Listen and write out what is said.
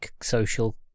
social